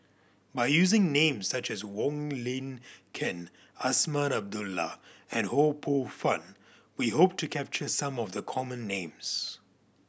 by using names such as Wong Lin Ken Azman Abdullah and Ho Poh Fun we hope to capture some of the common names